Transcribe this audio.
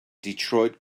detroit